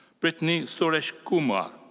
brittney sureshkumar.